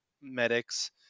medics